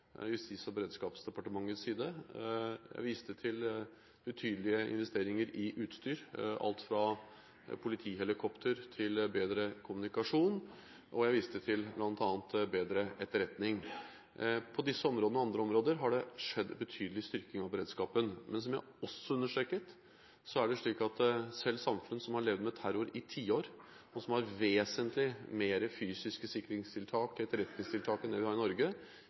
Justis- og beredskapsdepartementets side. Jeg viste til betydelige investeringer i utstyr, alt fra politihelikopter til bedre kommunikasjon, og jeg viste til bl.a. bedre etterretning. På disse områdene, og andre områder, har det skjedd betydelig styrkning av beredskapen. Men som jeg også understreket, er det slik at selv samfunn som har levd med terror i tiår, og som har vesentlig mer fysiske sikringstiltak og etterretningstiltak enn det vi har i Norge,